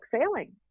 sailing